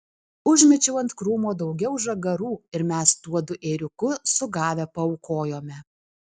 užmečiau ant krūmo daugiau žagarų ir mes tuodu ėriuku sugavę paaukojome